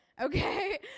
Okay